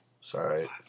Sorry